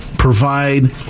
Provide